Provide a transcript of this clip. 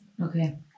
Okay